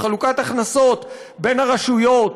חלוקת הכנסות בין הרשויות,